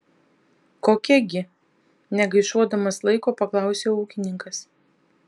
kokia gi negaišuodamas laiko paklausia ūkininkas